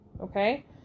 Okay